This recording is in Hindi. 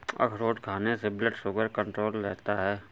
अखरोट खाने से ब्लड शुगर कण्ट्रोल रहता है